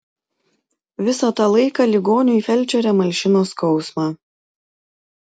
visą tą laiką ligoniui felčerė malšino skausmą